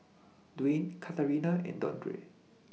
Dwyane Katharina and Dondre